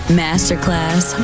masterclass